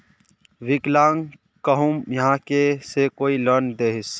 विकलांग कहुम यहाँ से कोई लोन दोहिस?